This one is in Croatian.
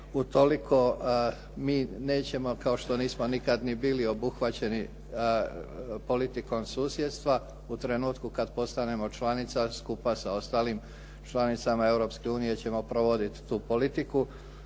utoliko mi nećemo kao što nismo nikad ni bili obuhvaćeni politikom susjedstva. U trenutku kad postanemo članica, skupa sa ostalim članicama Europske unije, ćemo provoditi tu politiku.